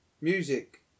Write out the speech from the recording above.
Music